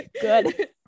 Good